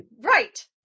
Right